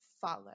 follow